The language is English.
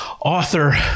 Author